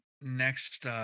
next